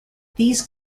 these